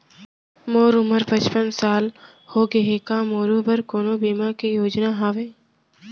मोर उमर पचपन साल होगे हे, का मोरो बर कोनो बीमा के योजना हावे?